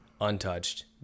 untouched